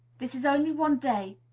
this is only one day,